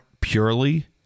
purely